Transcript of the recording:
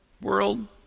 world